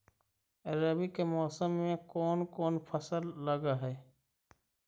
रवि के मौसम में कोन कोन फसल लग है?